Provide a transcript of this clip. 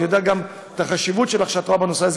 אני יודע שאת רואה חשיבות בנושא הזה,